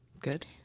Good